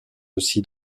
aussi